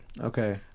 Okay